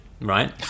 right